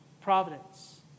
providence